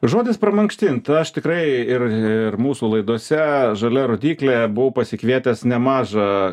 žodis pramankštint aš tikrai ir ir mūsų laidose žalia rodyklė buvau pasikvietęs nemažą